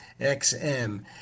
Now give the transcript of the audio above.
XM